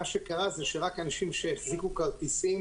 מה שקרה הוא שרק אנשים שהחזיקו כרטיסים